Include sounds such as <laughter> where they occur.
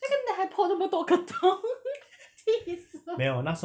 那个 net 还 poke 那么多个洞 <laughs> 气死我